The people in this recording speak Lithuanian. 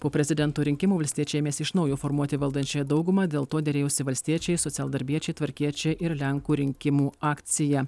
po prezidento rinkimų valstiečiai ėmėsi iš naujo formuoti valdančiąją daugumą dėl to derėjosi valstiečiai socialdarbiečiai tvarkiečiai ir lenkų rinkimų akcija